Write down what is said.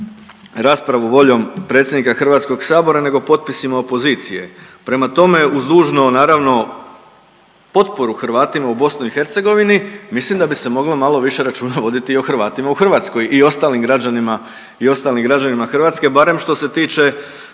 raspravu voljom predsjednika HS-a nego potpisima opozicije, prema tome uz dužno naravno potporu Hrvatima u BiH mislim da bi se moglo malo više računa voditi i o Hrvatima u Hrvatskoj i ostalim građanima Hrvatske, barem što se tiče